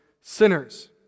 sinners